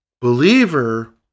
believer